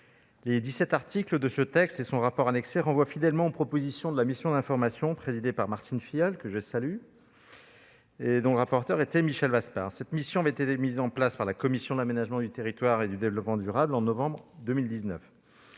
dix-sept articles de ce texte et son rapport annexé renvoient fidèlement aux propositions de la mission d'information présidée par Martine Filleul, que je salue, et dont le rapporteur était Michel Vaspart. Cette mission avait été mise en place par la commission de l'aménagement du territoire et du développement durable en novembre 2019.